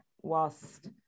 whilst